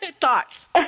Thoughts